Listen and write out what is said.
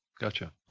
Gotcha